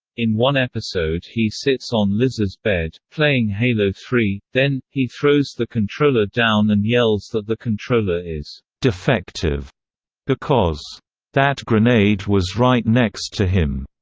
in one episode he sits on liz's bed, playing halo three then, he throws the controller down and yells that the controller is defective because that grenade was right next to him!